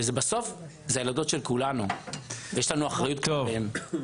בסוף זה הילדות של כולנו, יש לנו אחריות כלפיהן.